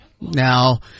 Now